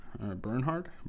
Bernhard